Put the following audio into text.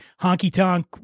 honky-tonk